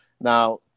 Now